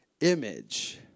image